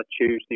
Tuesday